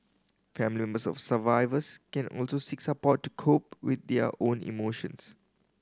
family members of survivors can also seek support to cope with their own emotions